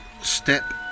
Step